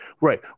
right